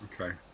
Okay